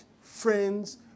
friends